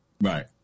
right